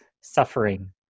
suffering